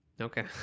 okay